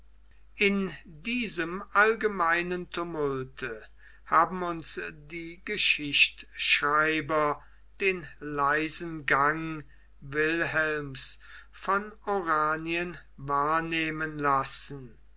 in diesem allgemeinen tumulte haben uns die geschichtschreiber den leisen gang wilhelms von oranien wahrnehmen lassen